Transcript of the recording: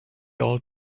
old